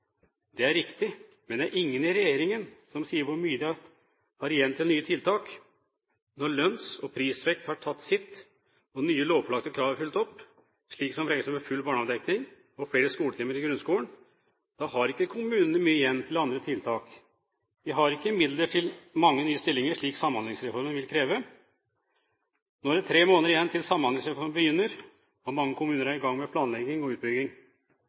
Det er riktig. Men det er ingen i regjeringen som sier hvor mye de har igjen til nye tiltak når lønns- og prisvekst har tatt sitt og nye lovpålagte krav er fulgt opp, slik som f.eks. full barnehagedekning og flere skoletimer i grunnskolen. Da har ikke kommunene mye igjen til andre tiltak. De har ikke midler til mange nye stillinger, slik Samhandlingsreformen vil kreve. Det er nå tre måneder igjen til Samhandlingsreformen begynner, og mange kommuner er i gang med planlegging og utbygging.